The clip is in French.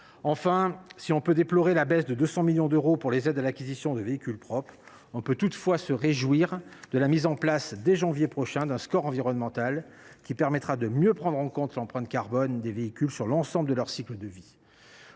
Enfin, si l’on peut déplorer la baisse de 200 millions d’euros des crédits destinés à financer les aides à l’acquisition de véhicules propres, on peut aussi se réjouir de la mise en place, dès janvier prochain, d’un score environnemental qui permettra de mieux prendre en compte l’empreinte carbone des véhicules sur l’ensemble de leur cycle de vie.